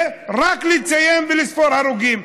ורק לציין ולספור הרוגים.